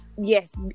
yes